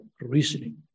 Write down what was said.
reasoning